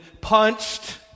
punched